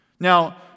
Now